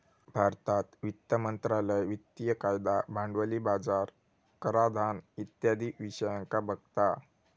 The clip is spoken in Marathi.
भारतात वित्त मंत्रालय वित्तिय कायदा, भांडवली बाजार, कराधान इत्यादी विषयांका बघता